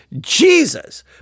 Jesus